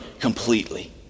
completely